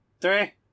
Three